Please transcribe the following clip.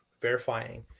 verifying